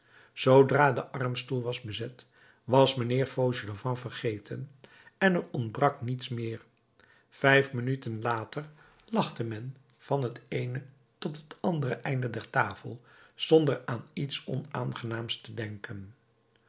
zoodra de armstoel was bezet was mijnheer fauchelevent vergeten en er ontbrak niets meer vijf minuten later lachte men van het eene tot het andere einde der tafel zonder aan iets onaangenaams te denken